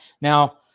Now